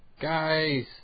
Guys